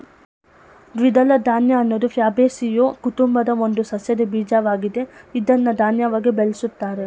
ದ್ವಿದಳ ಧಾನ್ಯ ಅನ್ನೋದು ಫ್ಯಾಬೇಸಿಯೊ ಕುಟುಂಬದ ಒಂದು ಸಸ್ಯದ ಬೀಜವಾಗಿದೆ ಇದ್ನ ಧಾನ್ಯವಾಗಿ ಬಳುಸ್ತಾರೆ